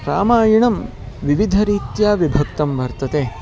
रामायणं विविधरीत्या विभक्तं वर्तते